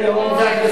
את מבודדת.